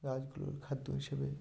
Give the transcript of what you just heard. গাছগুলোর খাদ্য হিসেবে